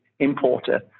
importer